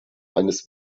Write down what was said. eines